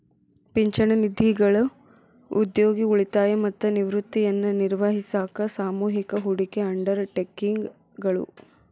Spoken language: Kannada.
ಪಿಂಚಣಿ ನಿಧಿಗಳು ಉದ್ಯೋಗಿ ಉಳಿತಾಯ ಮತ್ತ ನಿವೃತ್ತಿಯನ್ನ ನಿರ್ವಹಿಸಾಕ ಸಾಮೂಹಿಕ ಹೂಡಿಕೆ ಅಂಡರ್ ಟೇಕಿಂಗ್ ಗಳು